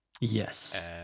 Yes